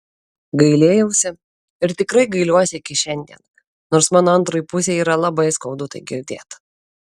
gailėjausi ir tikrai gailiuosi iki šiandien nors mano antrai pusei yra labai skaudu tai girdėt